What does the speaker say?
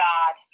God